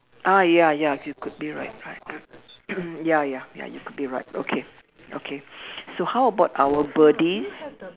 ah ya ya you could be right right ya ya ya you could be right okay okay so how about our birdies